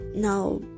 Now